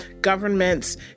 governments